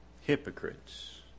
hypocrites